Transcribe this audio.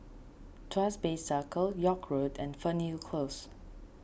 Tuas Bay Circle York Road and Fernhill Close